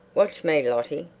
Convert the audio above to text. watch me, lottie,